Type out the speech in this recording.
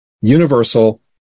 universal